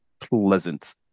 pleasant